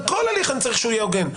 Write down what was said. אני צריך שכל הליך יהיה הוגן.